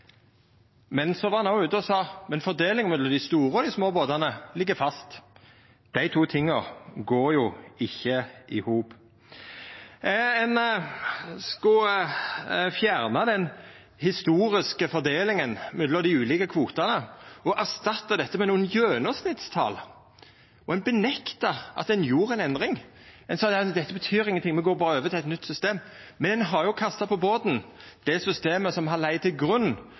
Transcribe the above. Men så var ein òg ute og sa: Fordelinga mellom dei store og dei små båtane ligg fast. Dei to tinga går jo ikkje i hop. Ein skulle fjerna den historiske fordelinga mellom dei ulike kvotane og erstatta dette med nokre gjennomsnittstal, og ein nekta for at ein gjorde ei endring. Ein sa: Dette betyr ingenting, me går berre over til eit nytt system. Men ein har jo kasta på båten det systemet som har lege til grunn